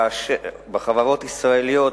בחברות ישראליות